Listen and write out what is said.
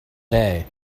day